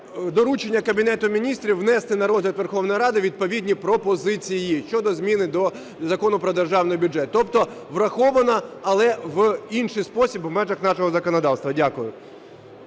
доручення Кабінету Міністрів внести на розгляд Верховної Ради відповідні пропозиції щодо зміни до Закону про Державний бюджет. Тобто врахована, але в інший спосіб в межах нашого законодавства. Дякую.